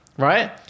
Right